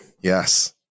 yes